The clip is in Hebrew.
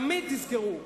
תמיד תזכרו,